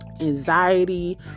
anxiety